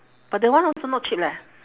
but that one also not cheap leh